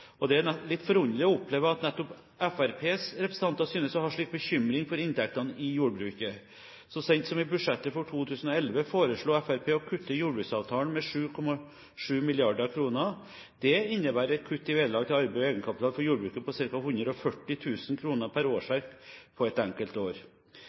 Det er litt forunderlig å oppleve at nettopp Fremskrittspartiets representanter synes å ha slik bekymring for inntektene i jordbruket. Så seint som i budsjettet for 2011 foreslo Fremskrittspartiet å kutte jordbruksavtalen med 7,7 mrd. kr. Det innebærer et kutt i vederlag til arbeid og egenkapital for jordbruket på ca. 140 000 kr per